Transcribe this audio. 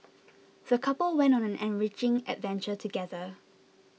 the couple went on an enriching adventure together